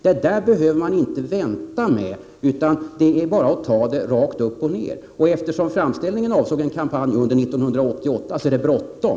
Det behöver man inte vänta med, utan det är bara att ta förslaget rakt upp och ned. Och eftersom framställningen avsåg en kampanj under 1988 är det bråttom.